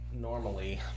normally